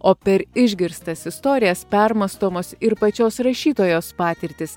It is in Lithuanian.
o per išgirstas istorijas permąstomos ir pačios rašytojos patirtys